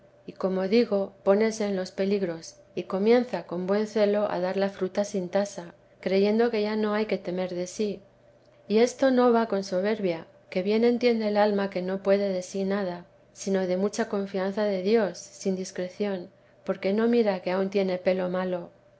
y como digo pónese en los peligros y comienza con buen celo a dar la fruta sin tasa creyendo que ya no hay que temer de sí y esto no va con soberbia que bien entiende el alma que no puede de sí nada sino de mucha confianza de dios sin discreción porque no mira que aun tiene pelo malo